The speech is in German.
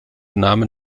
namen